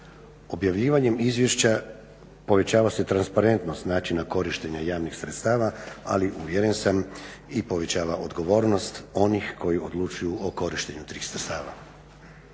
Objavljivanjem izvješća povećava se transparentnost načina korištenja javnih sredstava ali uvjeren sam i povećava odgovornost onih koji odlučuju o korištenju tih sredstava.